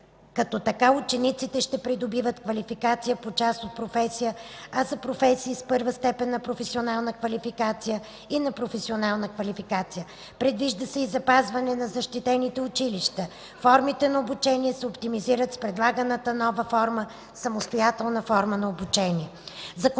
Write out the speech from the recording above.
като така учениците ще придобиват квалификация по част от професия, а за професии с първа степен на професионална квалификация – и на професионална квалификация. Предвижда се и запазване на защитените училища. Формите на обучение се оптимизират с предлаганата нова форма – самостоятелна форма на обучение.